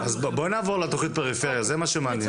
בואי נעבור לתכנית פריפריה, זה מה שמעניין.